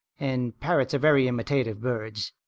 and parrots are very imitative birds.